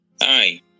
Hi